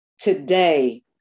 Today